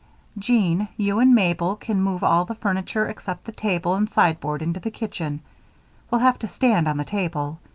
jean, you and mabel can move all the furniture except the table and sideboard into the kitchen we'll have to stand on the table.